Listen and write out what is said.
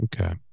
Okay